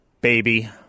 baby